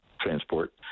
transport